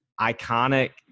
iconic